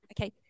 Okay